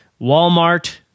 Walmart